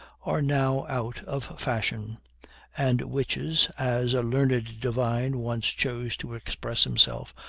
are now out of fashion and witches, as a learned divine once chose to express himself,